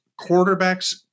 quarterbacks